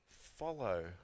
follow